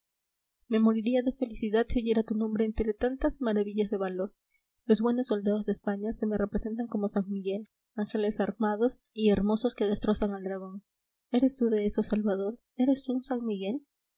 me moriría de felicidad si oyera tu nombre entre tantas maravillas de valor los buenos soldados de españa se me representan como san miguel ángeles armados y hermosos que destrozan al dragón eres tú de esos salvador eres tú un san miguel